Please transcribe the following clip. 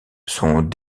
sont